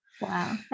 wow